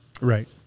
Right